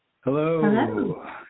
Hello